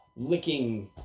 licking